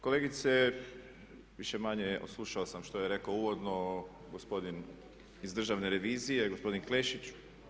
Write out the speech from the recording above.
Kolegice više-manje odslušao sam što je rekao uvodno gospodin iz Državne revizije, gospodin Klešić.